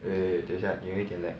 wait wait wait 等下你有一点 lag